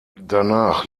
danach